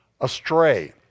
astray